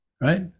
right